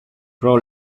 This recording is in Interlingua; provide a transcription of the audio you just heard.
pro